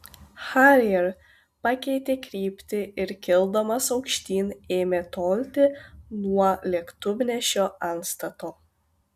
harrier pakeitė kryptį ir kildamas aukštyn ėmė tolti nuo lėktuvnešio antstato